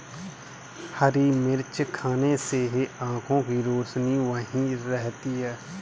हरी मिर्च खाने से आँखों की रोशनी सही रहती है